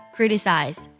Criticize